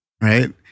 right